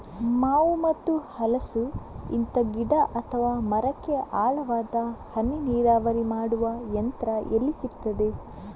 ಮಾವು ಮತ್ತು ಹಲಸು, ಇಂತ ಗಿಡ ಅಥವಾ ಮರಕ್ಕೆ ಆಳವಾದ ಹನಿ ನೀರಾವರಿ ಮಾಡುವ ಯಂತ್ರ ಎಲ್ಲಿ ಸಿಕ್ತದೆ?